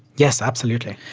yes, absolutely.